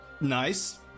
Nice